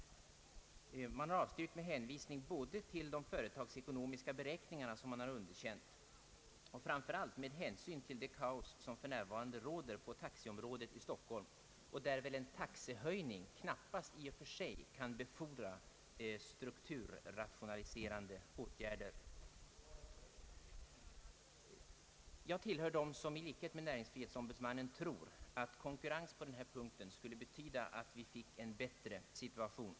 Man har avstyrkt med hänvisning både till de företagsekonomiska beräkningarna, som man har underkänt, och framför allt till det kaos som för närvarande råder på taxiområdet i Stockholm, där väl en taxehöjning knappast kan befordra strukturrationaliserande åtgärder. Jag tillhör dem som i likhet med näringsfrihetsombudsmannen tror att konkurrens på denna punkt skulle betyda att vi fick en bättre situation.